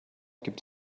gibt